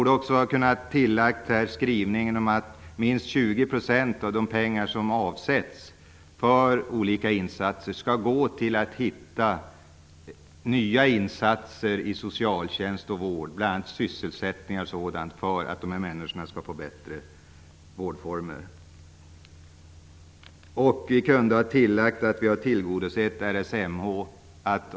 Vidare borde det ha kunnat läggas till något om skrivningen här om att minst 20 % av de pengar som avsätts för olika insatser skall användas till arbete med att hitta nya insatser i socialtjänst och vård -- bl.a. gäller det sysselsättning -- för att de här männskorna skall få bättre vårdformer. Dessutom kunde vi ha lagt till att vi har tillgodosett RSMH:s önskemål.